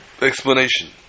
explanation